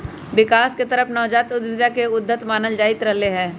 विकास के तरफ नवजात उद्यमिता के उद्यत मानल जाईंत रहले है